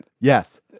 Yes